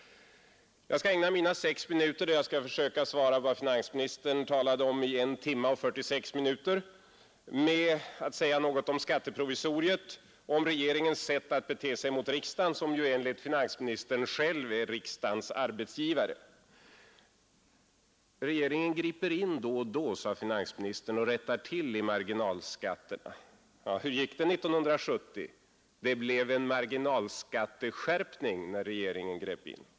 Jag skall ägna mina sex minuter åt att försöka svara på vad finansministern talade om i I timme och 46 minuter med att säga något om skatteprovisoriet och om regeringens sätt att bete sig mot riksdagen. Enligt finansministern själv är ju regeringen riksdagens arbetsgivare. Regeringen griper in då och då, sade finansministern och rättar till i marginaleffekterna. Hur gick det 1970? Det blev en marginalskatteskärpning, när regeringen grep in.